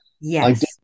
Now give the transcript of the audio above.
Yes